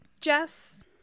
Jess